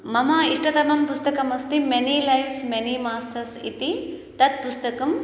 मम इष्टतमं पुस्तकमस्ति मेनि लैव्स् मेनि मास्टर्स् इति तत् पुस्तकं